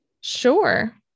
sure